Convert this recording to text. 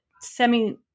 semi